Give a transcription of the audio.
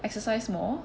exercise more